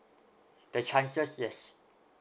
the chances yes